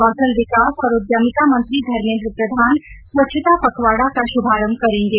कौशल विकास और उद्यमिता मंत्री धर्मेन्द्र प्रधान स्वच्छता पखवाड़ा का शुभारंभ करेंगे